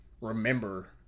remember